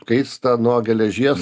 kaista nuo geležies